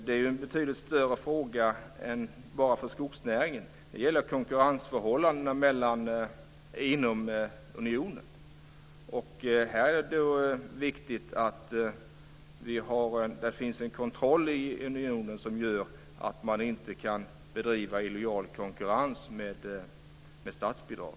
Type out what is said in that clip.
Det är en betydligt större fråga som inte gäller bara skogsnäringen utan också konkurrensförhållandena inom unionen. Här är det viktigt att det finns en kontroll i unionen som gör att man inte kan bedriva illojal konkurrens med hjälp av statsbidrag.